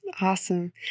Awesome